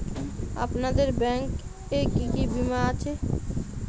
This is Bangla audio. আপনাদের ব্যাংক এ কি কি বীমা আছে?